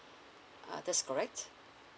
uh that's correct